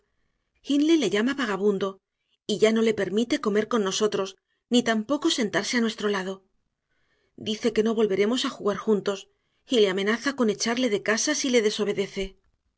hindley le llama vagabundo y ya no le permite comer con nosotros ni tampoco sentarse a nuestro lado dice que no volveremos a jugar juntos y le amenaza con echarle de casa si le desobedece